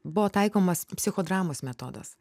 buvo taikomas psichodramos metodas